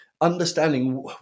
understanding